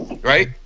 right